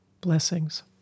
Blessings